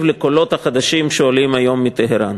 לקולות החדשים שעולים היום מטהרן.